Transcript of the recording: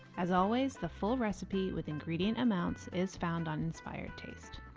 as always, the full recipe with ingredient amounts is found on inspired taste.